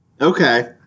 Okay